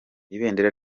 ibendera